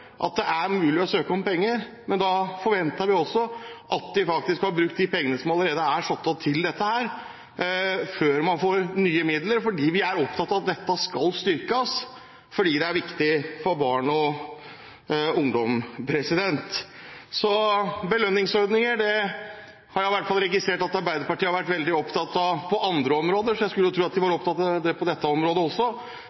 at det er mulig å søke om penger, men da forventer vi også at de faktisk har brukt de pengene som allerede er satt av til dette, før de får nye midler. Vi er opptatt av at dette skal styrkes, fordi det er viktig for barn og ungdom. Belønningsordninger har jeg registrert at Arbeiderpartiet i hvert fall har vært veldig opptatt av på andre områder, så jeg skulle tro at de var